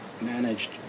managed